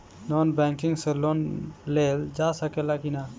Non banking से loan लेल जा ले कि ना?